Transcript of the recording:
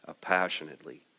passionately